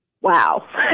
wow